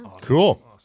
cool